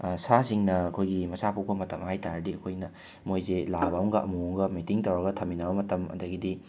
ꯁꯥꯁꯤꯡꯅ ꯑꯩꯈꯣꯏꯒꯤ ꯃꯆꯥ ꯄꯣꯛꯄ ꯃꯇꯝ ꯍꯥꯏꯕ ꯇꯥꯔꯗꯤ ꯑꯩꯈꯣꯏꯅ ꯃꯣꯏꯁꯤ ꯂꯥꯕ ꯑꯃꯒ ꯑꯃꯣꯝ ꯑꯃꯒ ꯃꯦꯇꯤꯡ ꯇꯧꯔꯒ ꯊꯝꯃꯤꯟꯅꯕ ꯃꯇꯝ ꯑꯗꯒꯤꯗꯤ